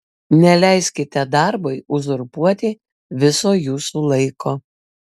neleiskite darbui uzurpuoti viso jūsų laiko